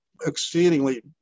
exceedingly